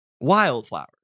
wildflowers